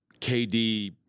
KD